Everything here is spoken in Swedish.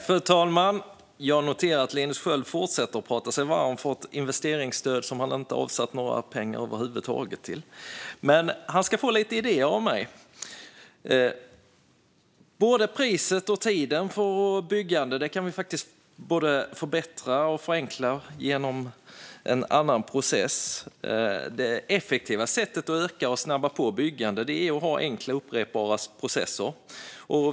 Fru talman! Jag noterar att Linus Sköld fortsätter att prata sig varm för ett investeringsstöd som han inte avsatt några pengar över huvud taget till. Men han ska få lite idéer av mig. Både priset och tiden för byggande kan vi faktiskt förbättra och förenkla genom en annan process. Det effektiva sättet att öka och snabba på byggandet är att ha enkla, upprepbara processer.